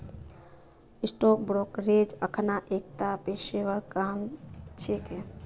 stock brokerage अखना एकता पेशेवर काम छिके